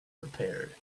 repaired